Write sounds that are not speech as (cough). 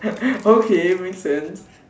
(noise) okay makes sense